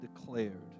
declared